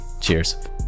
Cheers